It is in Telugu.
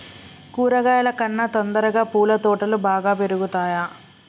కూరగాయల కన్నా తొందరగా పూల తోటలు బాగా పెరుగుతయా?